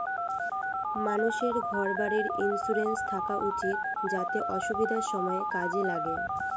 মানুষের ঘর বাড়ির ইন্সুরেন্স থাকা উচিত যাতে অসুবিধার সময়ে কাজে লাগে